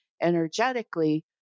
energetically